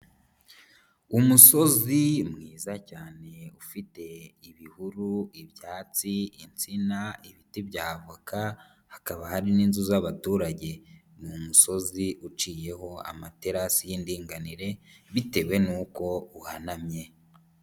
Umusozi mwiza cyane ufite ibihuru, ibyatsi, insina, ibiti bya avoka, hakaba hari n'inzu z'abaturage, ni umusozi uciyeho amaterasi y'indinganire bitewe nuko uhanamye.